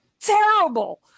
terrible